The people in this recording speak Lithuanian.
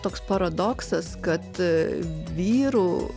toks paradoksas kad a vyrų